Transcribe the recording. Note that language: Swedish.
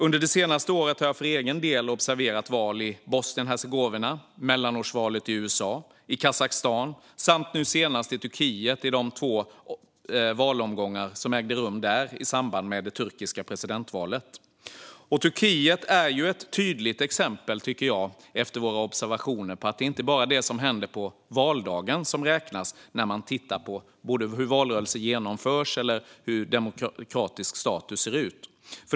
Under det senaste året har jag för egen del observerat val i Bosnien och Hercegovina, mellanårsvalet i USA och val i Kazakstan. Nu senast var jag i Turkiet och observerade de två valomgångar som ägde rum i samband med presidentvalet. Turkiet är ett tydligt exempel på att det inte bara är det som händer på valdagen som räknas, utan man tittar även på hur valrörelser genomförs och hur demokratisk status ser ut.